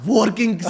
Working